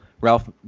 Ralph